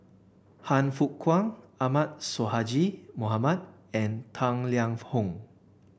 Han Fook Kwang Ahmad Sonhadji Mohamad and Tang Liang Hong